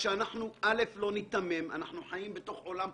בואו לא ניתמם, אנחנו חיים בעולם פוליטי.